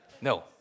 No